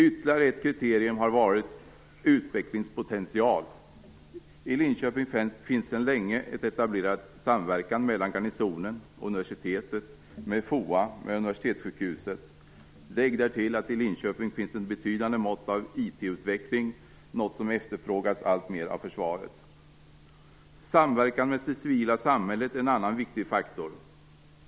Ytterligare ett kriterium har varit utvecklingspotential. I Linköping finns sedan länge en etablerad samverkan mellan garnisonen, universitet, FOA och universitetssjukhuset. Lägg därtill att det i Linköping finns ett betydande mått av IT-utveckling, något som efterfrågas alltmer av försvaret. Samverkan med det civila samhället är en annan viktig faktor.